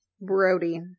Brody